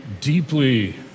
deeply